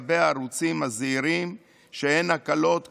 בדבר הערוצים הזעירים שהן הקלות קבועות,